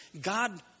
God